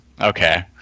Okay